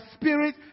spirit